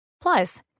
Plus